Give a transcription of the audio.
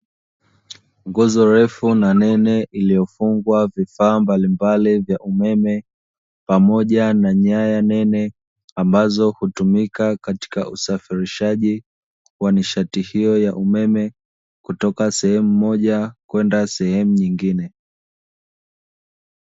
Nguzo ndefu na nene iliyofungwa vifaa mbalimbali vya umeme pamoja na nyaya nene, ambazo hutumika katika usafirishaji wa nishati hiyo ya umeme kutoka sehemu moja kwenda sehemu nyingine.